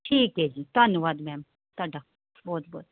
ਠੀਕ ਹੈ ਜੀ ਧੰਨਵਾਦ ਮੈਮ ਤੁਹਾਡਾ ਬਹੁਤ ਬਹੁਤ